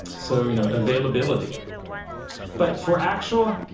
so you know, availability but for actual,